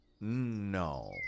No